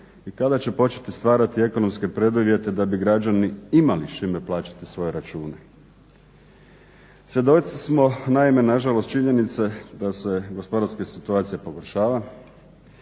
i kada će početi stvarati ekonomske preduvjete da bi građani imali s čime plaćati svoje račune. Svjedoci smo, naime, nažalost činjenice da se gospodarska situacija pogoršava,